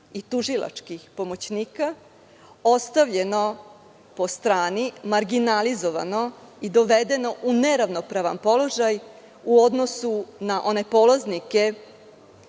i tužilačkih pomoćnika, ostavljeno po strani, marginalizovano i dovedeno u neravnopravan položaj u odnosu na one polaznike